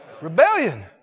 Rebellion